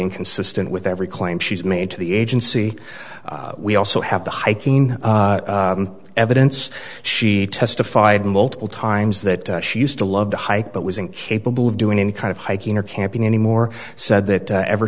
inconsistent with every claim she's made to the agency we also have the hiking evidence she testified multiple times that she used to love to hike but was incapable of doing any kind of hiking or camping anymore said that ever